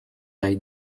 bei